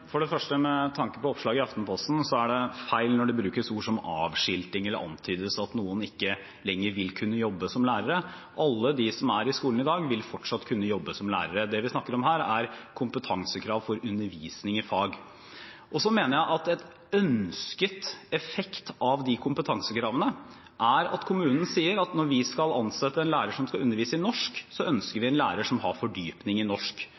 For det første, med tanke på oppslaget i Aftenposten, er det feil når det brukes ord som «avskiltes» eller antydes at noen ikke lenger vil kunne jobbe som lærere. Alle de som er i skolen i dag, vil fortsatt kunne jobbe som lærere. Det vi snakker om her, er kompetansekrav for undervisning i fag. Jeg mener at en ønsket effekt av disse kompetansekravene er at kommunen sier at når de skal ansette en lærer som skal undervise i norsk, ønsker de en lærer som har fordypning i norsk,